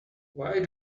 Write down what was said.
why